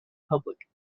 public